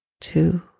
Two